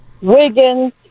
Wiggins